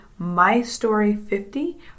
MYSTORY50